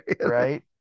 right